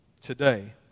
Today